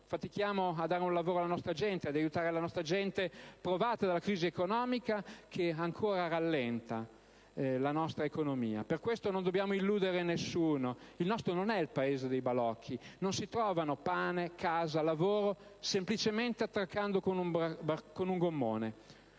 Fatichiamo a dare un lavoro alla nostra gente, ad aiutare la nostra gente, provata dalla crisi economica che ancora rallenta la nostra economia. Per questo non dobbiamo illudere nessuno. Il nostro non è il Paese dei balocchi: non si trovano pane, casa, lavoro semplicemente attraccando con un gommone.